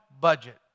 budget